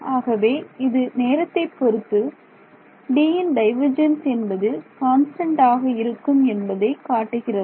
ஆகவே இது நேரத்தைப் பொறுத்து Dயின் டைவர்ஜென்ஸ் என்பது கான்ஸ்டன்ட்டாக இருக்கும் என்பதை காட்டுகிறது